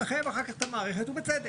מחייב אחר כל את המערכת, ובצדק.